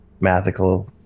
mathical